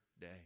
day